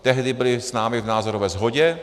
Tehdy byli s námi v názorové shodě.